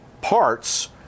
parts